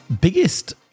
biggest